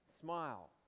smile